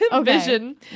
vision